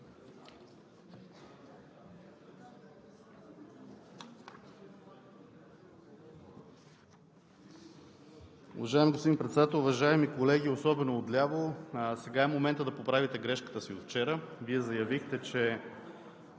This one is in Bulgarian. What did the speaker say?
Уважаеми господин Председател, уважаеми колеги, особено отляво. Сега е моментът да поправите грешката си от вчера. Вие заявихте, че